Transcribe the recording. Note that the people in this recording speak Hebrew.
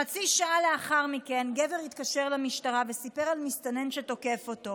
חצי שעה לאחר מכן גבר התקשר למשטרה וסיפר על מסתנן שתוקף אותו.